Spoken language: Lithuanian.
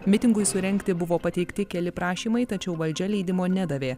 mitingui surengti buvo pateikti keli prašymai tačiau valdžia leidimo nedavė